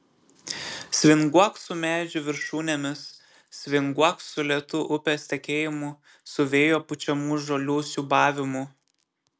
svinguok su medžių viršūnėmis svinguok su lėtu upės tekėjimu su vėjo pučiamų žolių siūbavimu